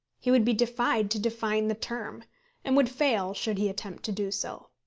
he would be defied to define the term and would fail should he attempt to do so.